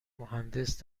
مهندس